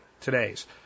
today's